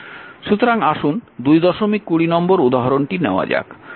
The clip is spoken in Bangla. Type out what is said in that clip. সুতরাং আসুন 220 নম্বর উদাহরণটি নেওয়া যাক